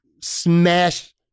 smash